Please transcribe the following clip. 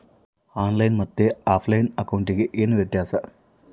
On line ಮತ್ತೆ offline ಅಕೌಂಟಿಗೆ ಏನು ವ್ಯತ್ಯಾಸ?